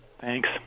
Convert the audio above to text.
Thanks